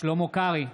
שלמה קרעי,